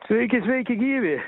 sveiki sveiki gyvi